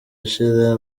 ashira